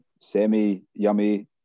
semi-yummy